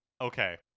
okay